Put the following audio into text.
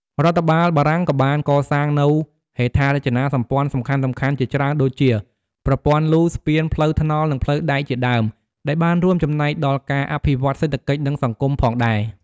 រដ្ឋបាលបារាំងក៏បានកសាងនូវហេដ្ឋារចនាសម្ព័ន្ធសំខាន់ៗជាច្រើនដូចជា ប្រព័ន្ធលូ ស្ពាន ផ្លូវថ្នល់ និងផ្លូវដែកជាដើម ដែលបានរួមចំណែកដល់ការអភិវឌ្ឍន៍សេដ្ឋកិច្ច និងសង្គមផងដែរ។